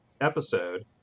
episode